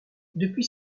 depuis